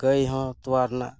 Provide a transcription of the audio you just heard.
ᱜᱟᱹᱭ ᱦᱚᱸ ᱛᱚᱣᱟ ᱨᱮᱱᱟᱜ